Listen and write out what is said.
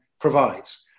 provides